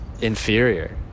Inferior